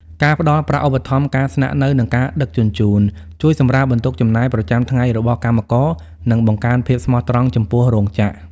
ការផ្ដល់ប្រាក់ឧបត្ថម្ភការស្នាក់នៅ និងការដឹកជញ្ជូន ជួយសម្រាលបន្ទុកចំណាយប្រចាំថ្ងៃរបស់កម្មករ និងបង្កើនភាពស្មោះត្រង់ចំពោះរោងចក្រ។